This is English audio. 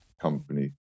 Company